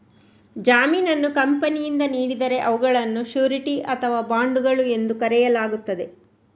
ಜಾಮೀನನ್ನು ಕಂಪನಿಯಿಂದ ನೀಡಿದರೆ ಅವುಗಳನ್ನು ಶ್ಯೂರಿಟಿ ಅಥವಾ ಬಾಂಡುಗಳು ಎಂದು ಕರೆಯಲಾಗುತ್ತದೆ